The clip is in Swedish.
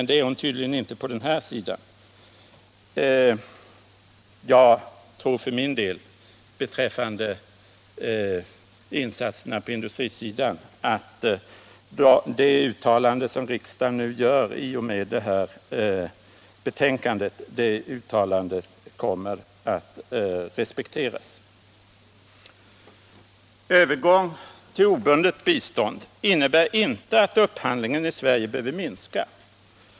Det är hon tydligen inte vad beträffar varubiståndet. Beträffande insatserna på industrisidan förutsätter jag för min del att det uttalande som riksdagen i och med detta betänkande nu gör kommer att respekteras. Övergång till obundet bistånd innebär inte att upphandlingen i Sverige behöver minska.